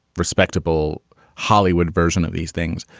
respectable hollywood version of these things,